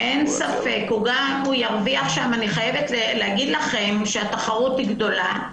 אני חייבת להגיד לכם שהתחרות היא גדולה.